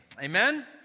Amen